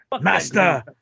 Master